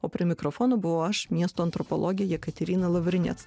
o prie mikrofono buvau aš miesto antropologė jekaterina lavrinec